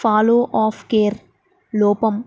follow up care లోపం